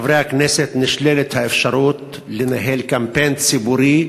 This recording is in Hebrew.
מחברי הכנסת נשללת האפשרות לנהל קמפיין ציבורי